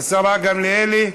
השרה גמליאל.